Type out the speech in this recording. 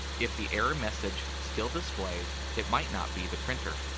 if the error message still displays, it might not be the printer.